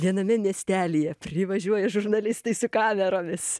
viename miestelyje privažiuoja žurnalistai su kameromis